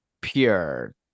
pure